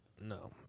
No